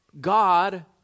God